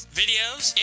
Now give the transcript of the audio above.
videos